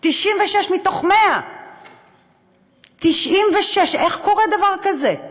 96 מתוך 100. 96. איך קורה דבר כזה?